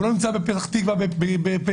והוא לא נמצא בפתח תקווה בפלאפון.